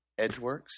edgeworks